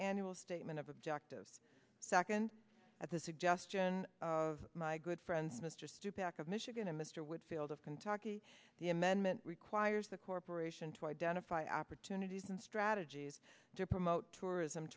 annual statement of objectives second at the suggestion of my good friends mr stupak of michigan and mr whitfield of kentucky the amendment requires the corporation to identify opportunities and strategies to promote tourism